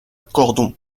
cordon